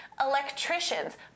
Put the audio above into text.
electricians